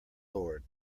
lord